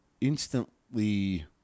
instantly